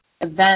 event